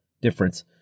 difference